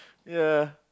ya